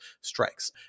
strikes